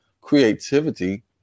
creativity